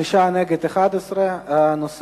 חמישה בעד, 11 נגד.